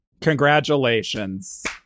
Congratulations